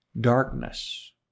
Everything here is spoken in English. darkness